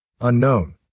Unknown